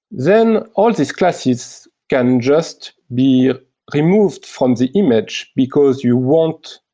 then all these classes can just be removed from the image, because you won't